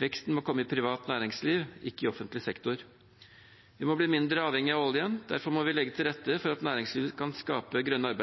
Veksten må komme i privat næringsliv, ikke i offentlig sektor. Vi må bli mindre avhengig av oljen. Derfor må vi legge til rette for at næringslivet skal kunne skape grønne